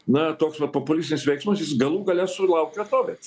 na toks va populistinis veiksmas jis galų gale sulaukė atoveiks